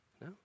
No